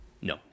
No